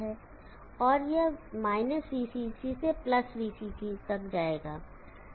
और यह VCC से VCC तक जाएगा